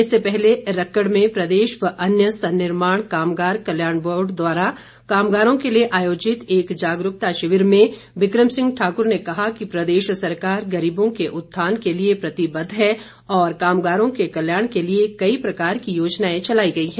इससे पहले रक्कड़ में प्रदेश व अन्य सन्निर्माण कामगार कल्याण बोर्ड द्वारा कामगारों के लिए आयोजित एक जागरूकता शिविर में बिक्रम सिंह ठाक्र ने कहा कि प्रदेश सरकार गरीबों के उत्थान के लिए प्रतिबद्ध है और कामगारों के कल्याण के लिए कई प्रकार की योजनाएं चलाई गई है